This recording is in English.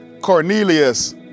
Cornelius